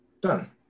Done